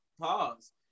pause